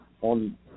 on